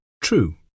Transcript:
True